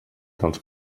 dels